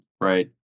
right